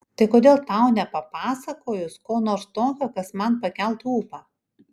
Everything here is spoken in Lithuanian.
tai kodėl tau nepapasakojus ko nors tokio kas man pakeltų ūpą